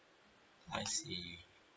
I see